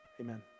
amen